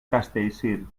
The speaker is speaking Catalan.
castellcir